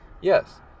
Yes